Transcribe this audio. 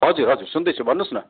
हजुर हजुर सुन्दैछु भन्नुहोस् न